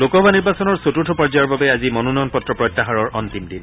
লোকসভা নিৰ্বাচনৰ চতুৰ্থ পৰ্যায়ৰ বাবে আজি মনোনয়ন পত্ৰ প্ৰত্যাহাৰৰ অন্তিম দিন